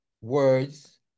words